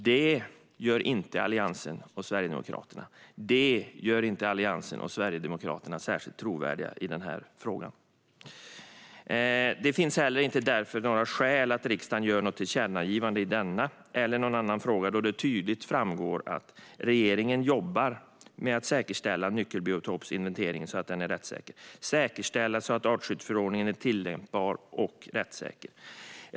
Det gör inte Alliansen och Sverigedemokraterna, och detta gör inte Alliansen och Sverigedemokraterna särskilt trovärdiga i denna fråga. Det finns därför inte heller några skäl för riksdagen att göra något tillkännagivande i denna eller någon annan fråga, då det tydligt framgår att regeringen jobbar med att säkerställa att nyckelbiotopsinventeringen är rättssäker. Man ska säkerställa att artskyddsförordningen är tillämpbar och rättssäker.